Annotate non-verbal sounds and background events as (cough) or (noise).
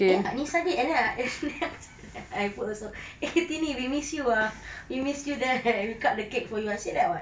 eh nisa did and then I (laughs) I put also eh tini we miss you ah we miss you then cut the cake for you I said that [what]